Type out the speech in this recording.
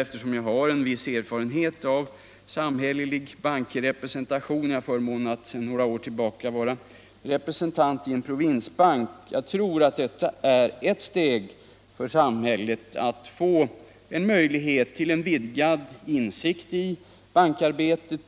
Eftersom jag har en viss erfarenhet av samhällelig bankrepresentation - jag har förmånen att sedan några år tillbaka vara representant i en provinsbanksstyrelse — vill jag till slut säga att jag tror att detta är ett steg för samhället när det gäller att få möjlighet till en vidgad insyn i bankarbetet,